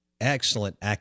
excellent